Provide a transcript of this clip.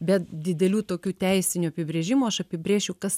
be didelių tokių teisinių apibrėžimų aš apibrėšiu kas